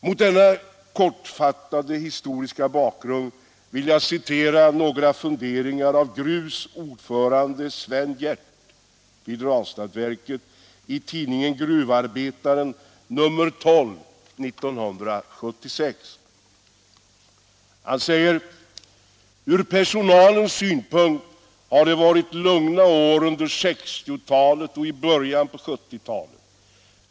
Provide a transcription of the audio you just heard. Mot denna kortfattade historiska bakgrund vill jag citera några funderingar av Gruvs ordförande Sven Hjert vid Ranstadsverket i tidningn Gruvarbetaren nr 12/1976. Ur personalens synpunkt har det varit lugna år under 1960-talet och i början av 1970-talet.